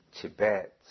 Tibet